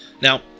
Now